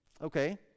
Okay